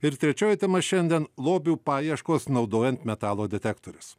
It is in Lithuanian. ir trečioji tema šiandien lobių paieškos naudojant metalo detektorius